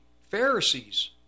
Pharisees